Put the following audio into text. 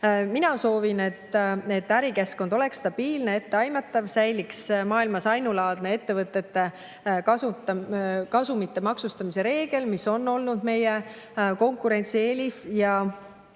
Mina soovin, et ärikeskkond oleks stabiilne ja etteaimatav ning säiliks maailmas ainulaadne ettevõtete kasumite maksustamise reegel, mis on olnud meie konkurentsieelis.